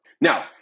Now